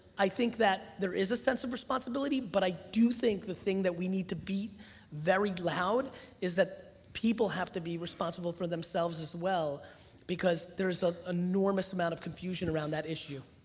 i think that there is a sense of responsibility but i do think the thing that we need to be very loud is that people have to be responsible for themselves as well because there's an ah enormous amount of confusion around that issue.